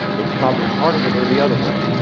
it's probably harder to go the other way.